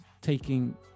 taking